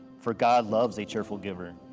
for god loves a cheerful giver.